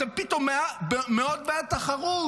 ופתאום אתם מאוד בעד תחרות.